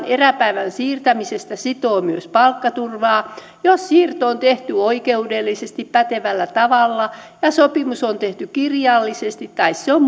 eräpäivän siirtämisestä sitoo myös palkkaturvaa jos siirto on tehty oikeudellisesti pätevällä tavalla ja sopimus on tehty kirjallisesti tai se on